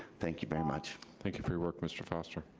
thank you very much. thank you for your work, mr. foster.